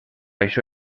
això